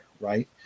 right